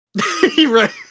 Right